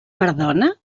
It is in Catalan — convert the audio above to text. perdona